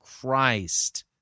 Christ